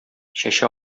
чәче